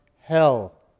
hell